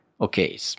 okay